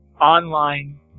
online